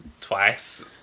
Twice